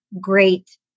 great